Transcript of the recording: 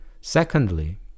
Secondly